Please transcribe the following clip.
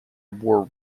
wore